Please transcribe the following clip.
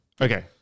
Okay